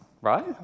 Right